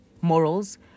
morals